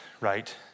right